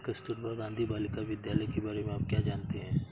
कस्तूरबा गांधी बालिका विद्यालय के बारे में आप क्या जानते हैं?